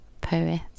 poet